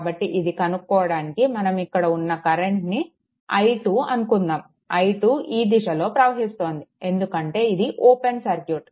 కాబట్టి ఇది కనుక్కోవడానికి మనం ఇక్కడ ఉన్న కరెంట్ని i2 అనుకుందాము i2 ఈ దిశలో ప్రవహిస్తోంది ఎందుకంటే ఇది ఓపెన్ సర్క్యూట్